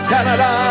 Canada